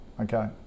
Okay